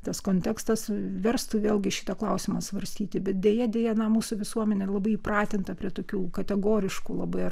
tas kontekstas verstų vėlgi šitą klausimą svarstyti bet deja deja na mūsų visuomenė labai įpratinta prie tokių kategoriškų labai